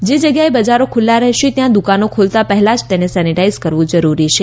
જે જગ્યાએ બજારો ખુલ્લા રહેશે ત્યાં દુકાનો ખોલતા પહેલા જ તેને સેનેટાઇઝ કરવું જરૂરી છે